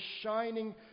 shining